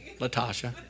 Latasha